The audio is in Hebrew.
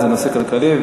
זה נושא כלכלי.